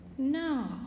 No